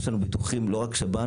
יש לנו ביטוחים לא רק שב"ן,